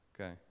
Okay